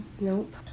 Nope